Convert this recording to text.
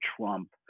Trump